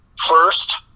first